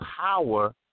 power